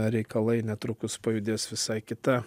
reikalai netrukus pajudės visai kita